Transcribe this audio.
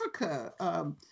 Africa